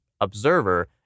observer